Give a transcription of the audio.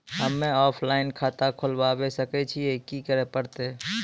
हम्मे ऑफलाइन खाता खोलबावे सकय छियै, की करे परतै?